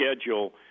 schedule